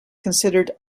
considered